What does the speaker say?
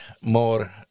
more